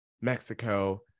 Mexico